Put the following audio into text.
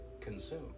consume